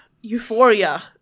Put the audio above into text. Euphoria